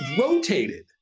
rotated